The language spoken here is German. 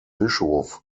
bischof